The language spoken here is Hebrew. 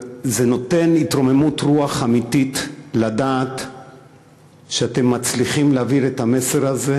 זה נותן התרוממות רוח אמיתית לדעת שאתם מצליחים להעביר את המסר הזה,